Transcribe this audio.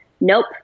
Nope